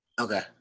Okay